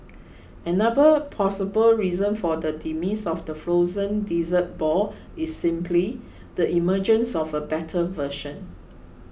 another plausible reason for the demise of the frozen dessert ball is simply the emergence of a better version